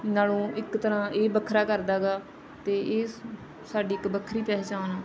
ਨਾਲੋਂ ਇੱਕ ਤਰ੍ਹਾਂ ਇਹ ਵੱਖਰਾ ਕਰਦਾ ਹੈਗਾ ਅਤੇ ਇਹ ਸਾਡੀ ਇੱਕ ਵੱਖਰੀ ਪਹਿਚਾਣ ਆ